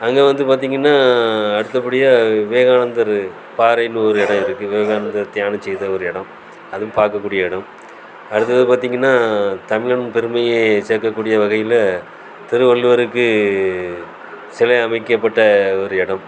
அங்கே வந்து பார்த்தீங்கன்னா இருக்கக்கூடிய விவேகானந்தர் பாறைன்னு ஒரு இடம் இருக்கு விவேகானந்தர் தியானித்த இது ஒரு இடம் அதுவும் பார்க்கக்கூடிய இடம் அடுத்தது பார்த்தீங்கன்னா தன்னம் பெருமையை சேர்க்கக்கூடிய வகையில் திருவள்ளுவருக்கு சிலை அமைக்கப்பட்ட ஒரு இடம்